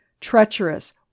treacherous